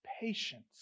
patience